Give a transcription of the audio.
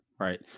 Right